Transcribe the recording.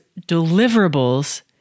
deliverables